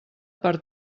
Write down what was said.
per